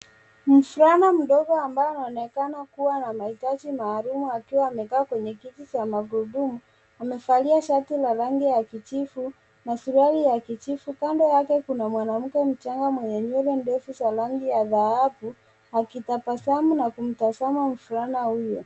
Mvulana mdogo ambaye anaonekana kuwa na mahitaji maalum akiwa amekaa kwenye kiti cha magurudumu , amevalia shati la rangi ya kijivu na suruali ya kijivu. Kando yake kuna mwanamke mchanga mwenye nywele ndefu za rangi ya dhahabu, akitabasamu na kumtazama mvulana huyo.